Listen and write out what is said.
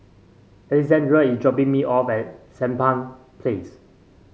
Alessandra is dropping me off at Sampan Place